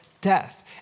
death